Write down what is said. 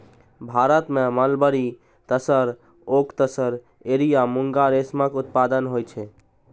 भारत मे मलबरी, तसर, ओक तसर, एरी आ मूंगा रेशमक उत्पादन होइ छै